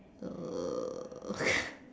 uh